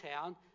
town